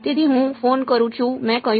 તેથી હું ફોન કરું છું મેં કહ્યું